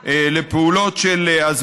לפעולת של חינוך,